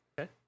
Okay